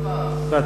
ע'טאס.